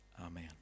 Amen